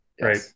Right